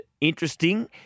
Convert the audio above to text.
interesting